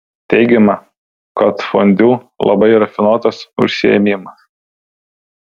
teigiama kad fondiu labai rafinuotas užsiėmimas